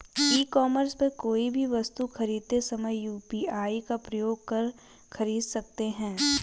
ई commerce पर कोई भी वस्तु खरीदते समय यू.पी.आई का प्रयोग कर खरीद सकते हैं